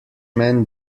men